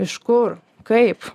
iš kur kaip